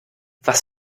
was